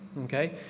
okay